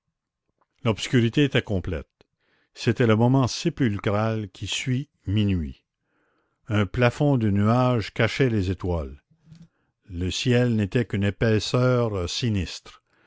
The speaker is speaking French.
l'obscurité était complète c'était le moment sépulcral qui suit minuit un plafond de nuages cachait les étoiles le ciel n'était qu'une épaisseur sinistre